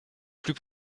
plus